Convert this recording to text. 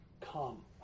come